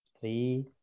three